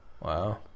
Wow